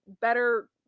better